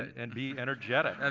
and be energetic, and